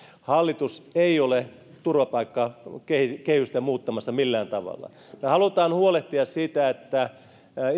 hallitus ei ole turvapaikkakehystä muuttamassa millään tavalla me haluamme huolehtia siitä että